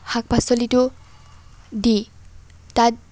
শাক পাচলিতো দি তাত